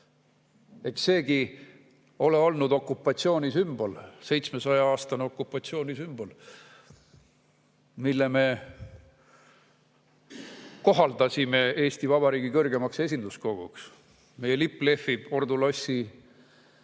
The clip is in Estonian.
Eks seegi ole olnud okupatsiooni sümbol, 700-aastase okupatsiooni sümbol, mille me kohaldasime Eesti Vabariigi kõrgeima esinduskogu [hooneks]. Meie lipp lehvib ordulossi